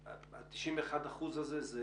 ה-91% האלה הם